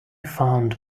found